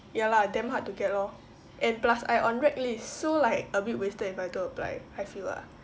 ya lah damn hard to get lor and plus I on grad list so like a bit wasted if I don't apply I feel ah